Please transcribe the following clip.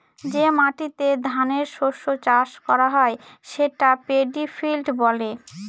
যে মাটিতে ধানের শস্য চাষ করা হয় সেটা পেডি ফিল্ড বলে